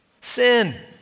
Sin